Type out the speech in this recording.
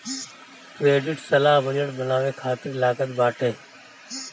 credit सलाह budget बनावे खातिर लागत बाटे